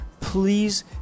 please